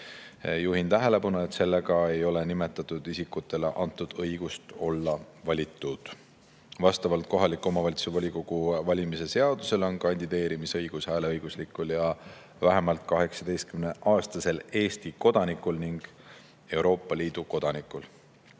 Juhin tähelepanu, et sellega ei ole nimetatud isikutele antud õigust olla valitud. Vastavalt kohaliku omavalitsuse volikogu valimise seadusele on kandideerimisõigus hääleõiguslikul ja vähemalt 18‑aastasel Eesti kodanikul ning Euroopa Liidu kodanikul.